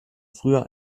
früher